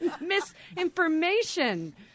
Misinformation